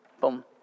Boom